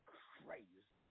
crazy